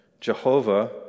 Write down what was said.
Jehovah